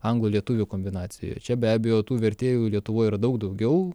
anglų lietuvių kombinacijoj čia be abejo tų vertėjų lietuvoj yra daug daugiau